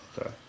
Okay